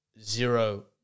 zero